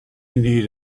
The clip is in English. need